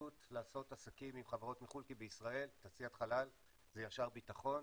פשוט לעשות עסקים עם חברות מחו"ל כי בישראל תעשיית חלל זה ישר ביטחון,